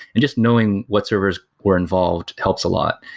and just knowing what servers were involved helps a lot.